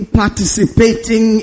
participating